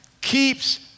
keeps